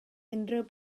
unrhyw